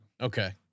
Okay